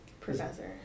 professor